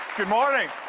good morning!